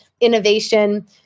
innovation